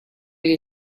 you